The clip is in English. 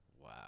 Wow